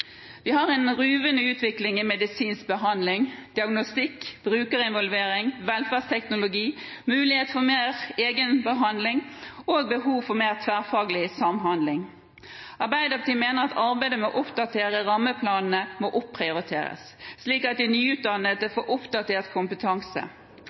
Vi har en ruvende utvikling innen medisinsk behandling, diagnostikk, brukerinvolvering, velferdsteknologi, mulighet for mer egenbehandling og behov for mer tverrfaglig samhandling. Arbeiderpartiet mener arbeidet med å oppdatere rammeplanene må opprioriteres, slik at de